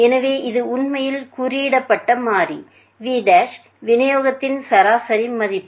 எனவே இது உண்மையில் குறியிடப்பட்ட மாறி v விநியோகத்தின் சராசரி மதிப்பு